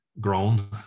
grown